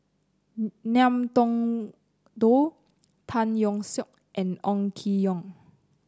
Ngiam Tong Dow Tan Yeok Seong and Ong Keng Yong